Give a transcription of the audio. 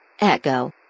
Echo